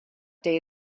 day